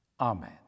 Amen